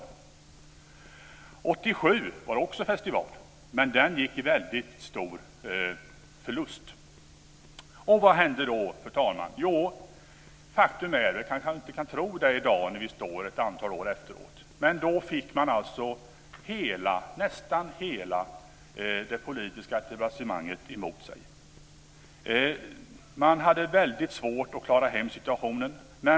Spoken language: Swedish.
1987 var det också festival, men den gick med mycket stor förlust. Vad hände då, fru talman? Jo, faktum är, vilket man kanske inte kan tro ett antal år senare, att man då fick nästan hela det politiska etablissemanget emot sig. Man hade väldigt svårt att klara av situationen.